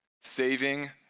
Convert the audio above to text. saving